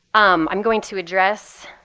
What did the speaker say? um i'm going to address